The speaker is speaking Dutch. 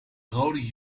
rode